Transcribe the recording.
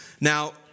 Now